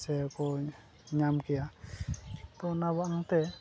ᱥᱮ ᱠᱚ ᱧᱟᱢ ᱠᱮᱭᱟ ᱛᱚ ᱚᱱᱟ ᱵᱟᱝ ᱛᱮ